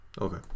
Okay